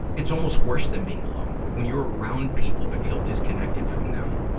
it's almost worse than being alone, when you're around people but feel disconnected from them.